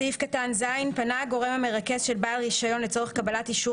סעיף (ז): פנה הגורם המרכז של בעל רישיון לצורך קבלת אישור